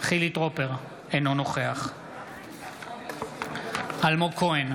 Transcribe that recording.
אינו נוכח אלמוג כהן,